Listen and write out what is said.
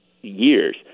years